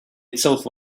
itself